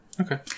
Okay